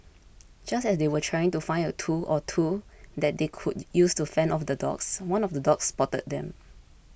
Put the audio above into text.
just as they were trying to find a tool or two that they could use to fend off the dogs one of the dogs spotted them